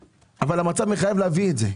אבל עכשיו המצב מחייב להביא את זה.